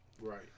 Right